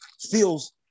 feels